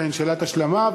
שאלת השלמה.